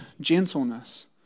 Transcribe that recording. gentleness